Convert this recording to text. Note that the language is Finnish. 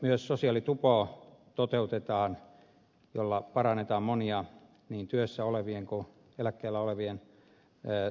myös sosiaalitupo toteutetaan jolla parannetaan monien niin työssä olevien kuin eläkkeellä olevien tulevaisuuden näkymiä